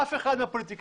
אף אחד מהפוליטיקאים,